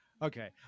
Okay